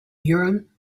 urim